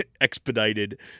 expedited